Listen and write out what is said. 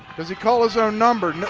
does he call his own number? no,